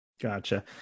Gotcha